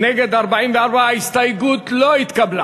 נגד 44. ההסתייגות לא התקבלה.